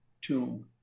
tomb